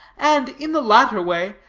and, in the latter way,